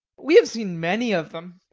we have seen many of them.